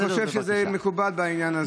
אני חושב שזה מקובל בעניין הזה.